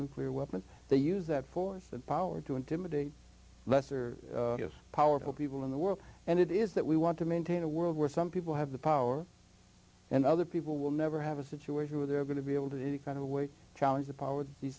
thermonuclear weapons they use that force the power to intimidate lesser powerful people in the world and it is that we want to maintain a world where some people have the power and other people will never have a situation where they're going to be able to any kind of a way to challenge the po